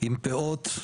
עם פאות,